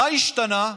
מה השתנה?